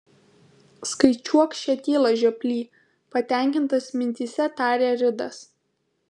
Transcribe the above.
skaičiuok šią tylą žioply patenkintas mintyse tarė ridas